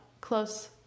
close